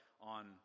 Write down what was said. on